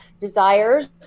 desires